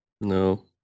No